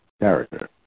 character